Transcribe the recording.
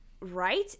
Right